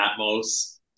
Atmos